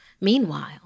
Meanwhile